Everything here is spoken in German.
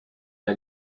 der